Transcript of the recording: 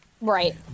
Right